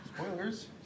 Spoilers